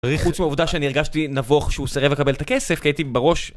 חוץ מהעובדה שאני הרגשתי נבוך שהוא סרב לקבל את הכסף, כי הייתי בראש